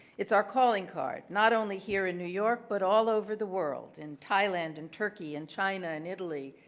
it's our calling card, not only here in new york, but all over the world in thailand and turkey and china and italy.